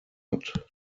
hat